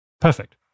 Perfect